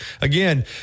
again